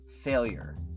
failure